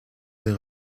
les